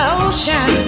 ocean